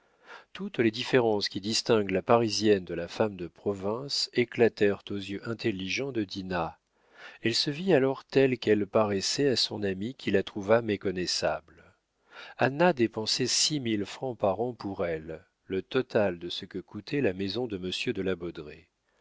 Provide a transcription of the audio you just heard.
toutes les différences qui distinguent la parisienne de la femme de province éclatèrent aux yeux intelligents de dinah elle se vit alors telle qu'elle paraissait à son amie qui la trouva méconnaissable anna dépensait six mille francs par an pour elle le total de ce que coûtait la maison de